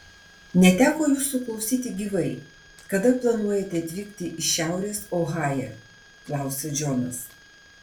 neteko jūsų klausyti gyvai kada planuojate atvykti į šiaurės ohają klausia džonas